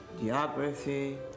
geography